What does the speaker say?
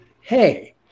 Hey